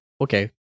Okay